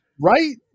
right